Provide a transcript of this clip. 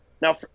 now